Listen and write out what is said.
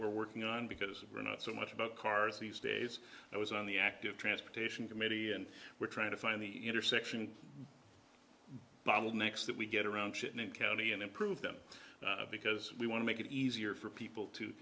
we're working on because of the not so much about cars these days i was on the active transportation committee and we're trying to find the intersection bottlenecks that we get around shit in county and improve them because we want to make it easier for people to